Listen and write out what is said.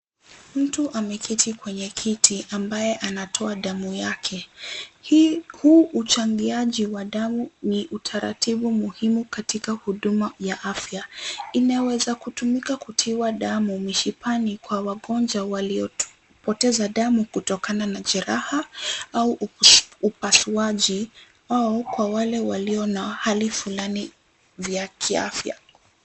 Mtu ameketi kwenye kiti, ambaye anatoa damu yake. Huu uchangiaji wa damu ni utaratibu muhimu katika huduma ya afya. Inawezakutumika kutiwa damu mishipani kwa wagonjwa waliopotea damu kutokana na jeraha au upasuaji, au kwa wale walio na hali fulani vya kiafya.